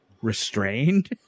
restrained